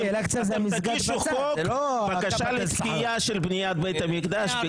אתם תגישו חוק בקשה --- של בית המקדש,